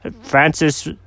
Francis